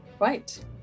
right